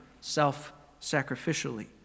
self-sacrificially